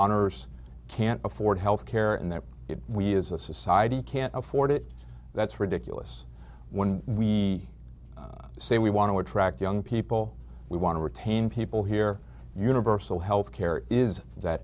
ers can't afford health care and that we as a society can't afford it that's ridiculous when we say we want to attract young people we want to retain people here universal health care is that